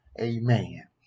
Amen